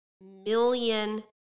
million